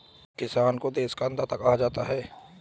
किसान को देश का अन्नदाता कहा जाता है